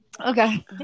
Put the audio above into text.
okay